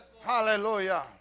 Hallelujah